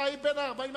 אתה בין 40 החותמים,